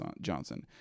Johnson